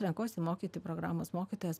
renkuosi mokyti programos mokytojas